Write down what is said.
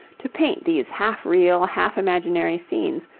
to paint these half real, half imaginary scenes,